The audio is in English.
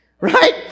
right